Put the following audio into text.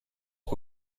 que